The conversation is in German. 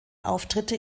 auftritte